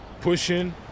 Pushing